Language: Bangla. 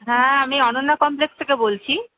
হ্যাঁ আমি অনন্যা কমপ্লেক্স থেকে বলছি